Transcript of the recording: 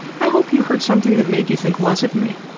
i hope you heard something that made you think less of me.